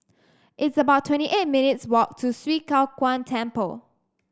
it's about twenty eight minutes' walk to Swee Kow Kuan Temple